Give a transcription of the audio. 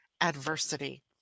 adversity